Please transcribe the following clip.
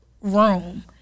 room